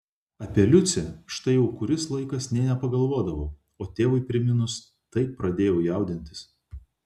apie liucę štai jau kuris laikas nė nepagalvodavau o tėvui priminus taip pradėjau jaudintis